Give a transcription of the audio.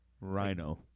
Rhino